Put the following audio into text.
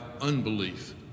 unbelief